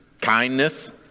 kindness